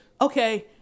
okay